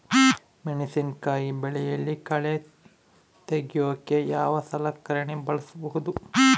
ಮೆಣಸಿನಕಾಯಿ ಬೆಳೆಯಲ್ಲಿ ಕಳೆ ತೆಗಿಯೋಕೆ ಯಾವ ಸಲಕರಣೆ ಬಳಸಬಹುದು?